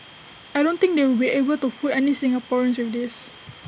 I don't think they will be able to fool any Singaporeans with this